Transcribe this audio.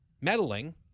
meddling